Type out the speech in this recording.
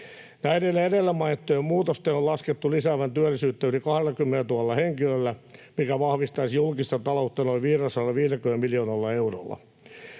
edellä mainittujen muutosten on laskettu lisäävän työllisyyttä yli 20 000 henkilöllä, mikä vahvistaisi julkista taloutta noin 550 miljoonalla eurolla.